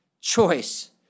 choice